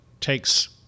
takes